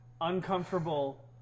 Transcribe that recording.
uncomfortable